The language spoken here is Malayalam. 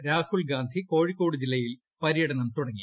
യുമായ രാഹുൽ ഗാന്ധി കോഴിക്കോട് ജില്ലയിൽ പര്യടനം തുടങ്ങി